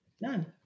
None